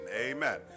amen